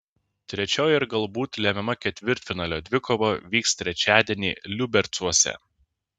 trečioji ir galbūt lemiama ketvirtfinalio dvikova vyks trečiadienį liubercuose